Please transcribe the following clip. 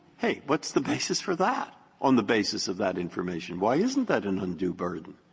hey. what's the basis for that on the basis of that information? why isn't that an undue burden?